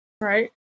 right